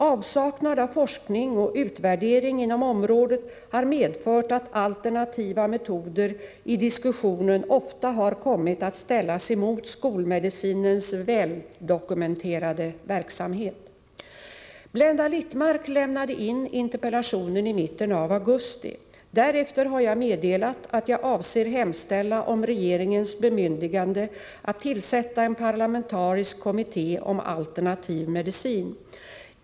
Avsaknad av forskning och utvärdering inom området har medfört att alternativa metoder i diskussionen ofta har kommit att ställas mot skolmedicinens väldokumenterade verksamhet. Blenda Littmarck lämnade in interpellationen i mitten av augusti. Därefter har jag meddelat att jag avser hemställa om regeringens bemyndigande att tillsätta en parlamentarisk kommitté om alternativ medicin.